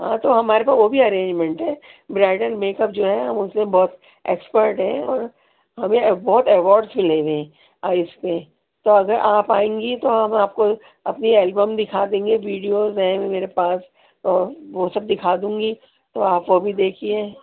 ہاں تو ہمارے پاس وہ بھی ارینجمنٹ ہے برائیڈل میک اپ جو ہے ہم ان سے بہت ایکسپرٹ ہیں اور ہمیں بہت ایوارڈس ملے ہوئے ہیں اور اس میں تو اگر آپ آئیں گی تو ہم آپ کو اپنی البم دکھا دیں گے ویڈیوز بھی ہیں میرے پاس تو وہ سب دکھا دوں گی تو آپ وہ بھی دیکھیے